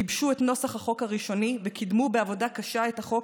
גיבשו את נוסח החוק הראשוני וקידמו בעבודה קשה את החוק,